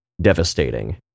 devastating